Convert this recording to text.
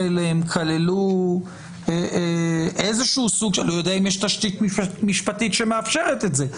אליהם כללו איזשהו אני לא יודע אם יש תשתית משפטית שמאפשרת את זה,